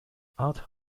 out